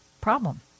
problem